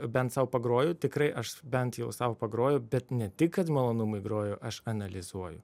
bent sau pagroju tikrai aš bent jau sau pagroju bet ne tik kad malonumui groju aš analizuoju